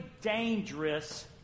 dangerous